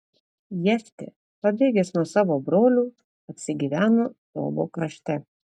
jeftė pabėgęs nuo savo brolių apsigyveno tobo krašte